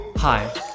Hi